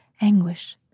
anguish